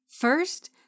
First